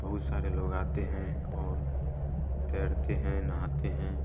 बहुत सारे लोग आते हैं और तैरते हैं नहाते हैं